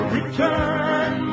Return